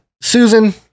Susan